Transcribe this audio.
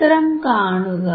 ചിത്രം കാണുക